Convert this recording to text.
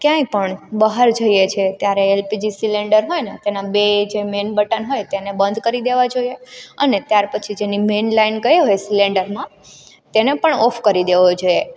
ક્યાંય પણ બહાર જઈએ છીએ ત્યારે એલપીજી સિલેન્ડર હોયને તેના બે જે મેન બટન હોય તેને બંધ કરી દેવા જોઈએ અને ત્યારપછી જેની મેન લાઇન ગઈ હોય સિલિન્ડરમાં તેને પણ ઓફ કરી દેવો જોઈએ